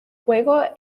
juego